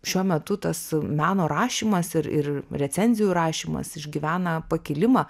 šiuo metu tas meno rašymas ir ir recenzijų rašymas išgyvena pakilimą